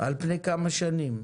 על פני כמה שנים?